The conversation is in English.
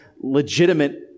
legitimate